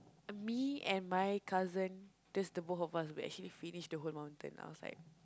me and my cousin just the both of us we actually finish the whole mountain I was like